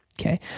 okay